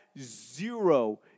zero